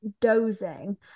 dozing